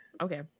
Okay